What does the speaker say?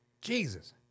Jesus